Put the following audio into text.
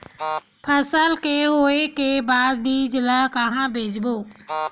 फसल के होय के बाद बीज ला कहां बेचबो?